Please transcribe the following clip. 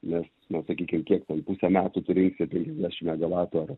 nes na sakykim kiek ten pusę metų tu rinksi penkiasdešim megavatų ar